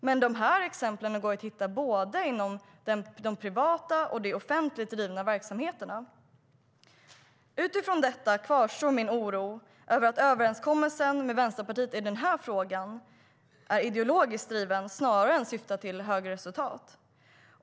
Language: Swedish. Men de exemplen går att hitta bland både de privata och de offentligt drivna verksamheterna. Utifrån detta kvarstår min oro över att överenskommelsen med Vänsterpartiet i den här frågan är ideologiskt driven snarare än syftar till bättre resultat.